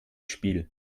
spiel